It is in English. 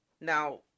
now